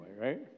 right